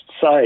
say